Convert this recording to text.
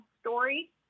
story